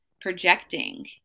projecting